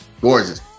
gorgeous